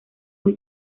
muy